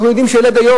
אנחנו יודעים שילד היום,